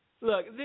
Look